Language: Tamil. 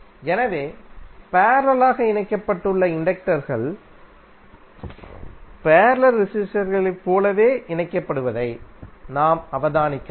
எனவே பேரலலாக இணைக்கப்பட்டுள்ள இண்டக்டர்கள் பேரலல் ரெசிஸ்டர் களைப் போலவே இணைக்கப்படுவதை நாம் அவதானிக்கலாம்